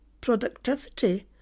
productivity